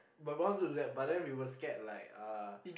but we wanted to do that but we were scared like uh